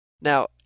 Now